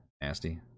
nasty